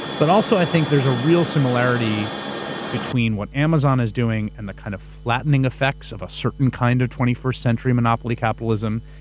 but also, i think, that's a real similarity between what amazon is doing and the kind of flattening effects of a certain kind of twenty first century monopoly capitalism,